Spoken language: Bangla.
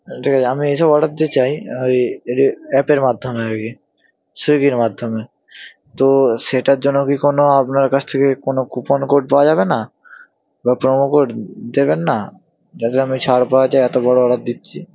ঠিক আছে আমি এইসব অর্ডার দিতে চাই ওই অ্যাপের মাধ্যমে ওই সুইগির মাধ্যমে তো সেটার জন্য কি কোনো আপনার কাছ থেকে কোনো কুপন কোড পাওয়া যাবে না বা প্রোমো কোড দেবেন না যাতে আমি ছাড় পাওয়া যায় এত বড় অর্ডার দিচ্ছি